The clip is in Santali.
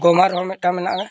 ᱜᱚᱢᱦᱟ ᱨᱮᱦᱚᱸ ᱢᱤᱫᱴᱟᱝ ᱢᱮᱱᱟᱜᱼᱟ